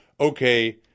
okay